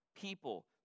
people